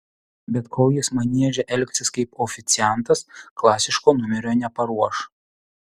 bet kol jis manieže elgsis kaip oficiantas klasiško numerio neparuoš